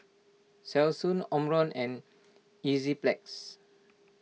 Selsun Omron and Enzyplex